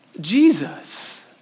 Jesus